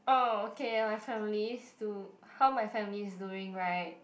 oh okay my family's do how my family is doing right